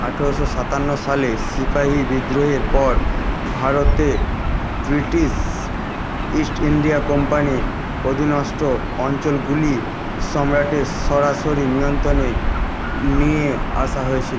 আঠেরোশো সাতান্ন সালে সিপাহি বিদ্রোহের পর ভারতে ব্রিটিশ ইস্ট ইন্ডিয়া কোম্পানির অধীনস্থ অঞ্চলগুলি সম্রাটের সরাসরি নিয়ন্ত্রণে নিয়ে আসা